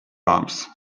arms